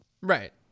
right